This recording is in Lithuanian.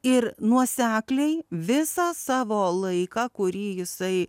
ir nuosekliai visą savo laiką kurį jisai